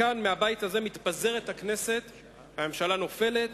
מכאן, מהבית הזה, מתפזרת הכנסת והממשלה נופלת,